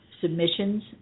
submissions